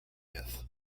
myth